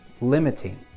limiting